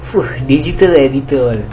digital editor